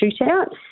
Shootout